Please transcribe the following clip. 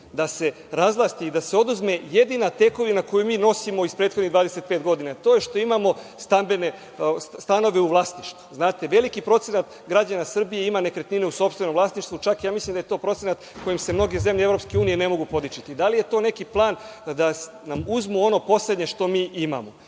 da se razvlasti i da se oduzme jedina tekovina koju mi nosimo iz prethodnih 25 godina? Jer, to što imamo stanove u vlasništvu, znate, veliki procenat građana Srbije ima nekretnine u sopstvenom vlasništvu, čak ja mislim da je to procenat kojim se mnoge zemlje Evropske unije ne mogu podičiti, da li je to neki plan da nam uzmu ono poslednje što mi imamo?I,